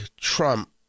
Trump